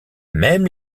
même